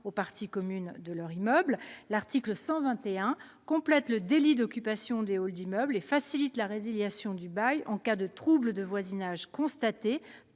aux parties communes de leurs immeubles. L'article 121 vise à compléter le délit d'occupation des halls d'immeuble et à faciliter la résiliation du bail en cas de troubles de voisinage constatés